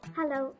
Hello